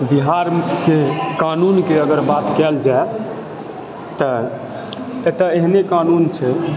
बिहारके कानूनके अगर बात कैल जाए तऽ एतऽ एहने कानून छै